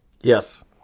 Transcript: Yes